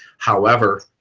however,